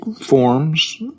forms